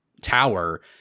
tower